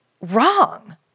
Wrong